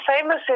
famous